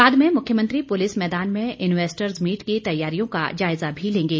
बाद में मुख्यमंत्री पुलिस मैदान में इन्वैसटर्स मीट की तैयारियों का जायजा भी लेंगे